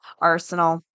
arsenal